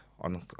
on